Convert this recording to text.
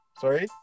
Sorry